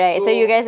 so